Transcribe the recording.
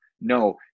no